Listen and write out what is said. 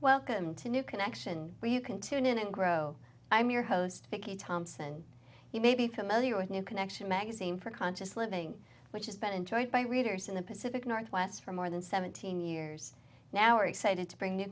new connection where you can tune in and grow i'm your host vicky thompson you may be familiar with new connection magazine for conscious living which has been enjoyed by readers in the pacific northwest for more than seventeen years now we're excited to bring